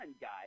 guy